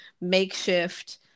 makeshift